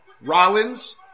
Rollins